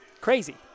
Crazy